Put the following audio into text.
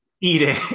eating